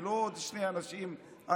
ולא עוד שני אנשים אנטי-דמוקרטיים,